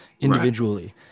individually